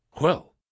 Well